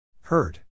hurt